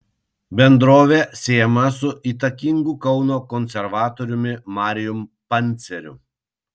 bendrovė siejama su įtakingu kauno konservatoriumi marijum panceriu